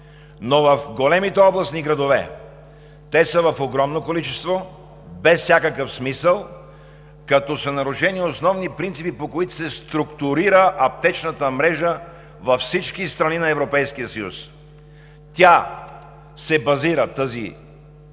но в големите областни градове те са в огромно количество без всякакъв смисъл, като са нарушени основни принципи, по които се структурира аптечната мрежа във всички страни на Европейския съюз. Тази